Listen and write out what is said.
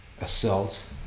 assault